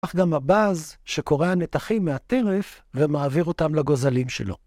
‫אך גם הבז שקורע נתחים מהטרף ‫ומעביר אותם לגוזלים שלו.